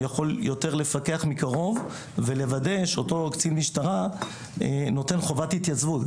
אני יכול לפקח מקרוב ולוודא שאותו קצין משטרה נותן חובת התייצבות.